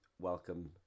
welcome